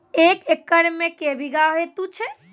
एक एकरऽ मे के बीघा हेतु छै?